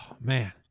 man